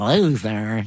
Loser